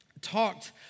talked